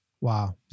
wow